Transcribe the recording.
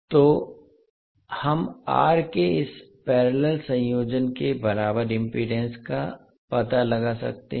तो हम R के इस पैरेलल संयोजन के बराबर इम्पीडेन्स का पता लगा सकते हैं